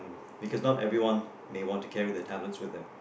because not everyone may want to carry their tablets with them